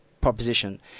proposition